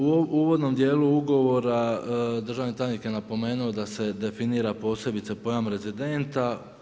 U uvodnom dijelu ugovora državni tajnik je napomenuo da se definira posebice pojam rezidenta.